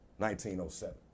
1907